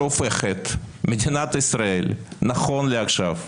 שהופכת את מדינת ישראל נכון לעכשיו,